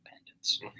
independence